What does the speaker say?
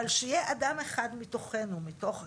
אבל שיהיה אדם אחד מתוכנו, מתוך הכנסת,